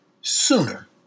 sooner